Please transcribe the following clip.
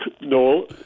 no